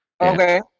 Okay